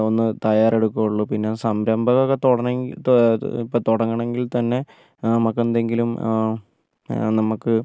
ഒന്ന് തയ്യാറെടുക്കുള്ളൂ പിന്നെ സംരംഭം ഒക്കെ തുടങ്ങ ഇപ്പം തുടങ്ങണമെങ്കിൽ തന്നെ നമുക്ക് എന്തെങ്കിലും നമുക്ക്